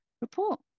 report